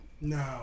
No